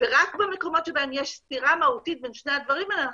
ורק במקומות בהם יש סתירה מהותית בין שני הדברים האלה,